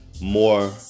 more